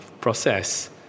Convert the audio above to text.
process